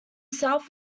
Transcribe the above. south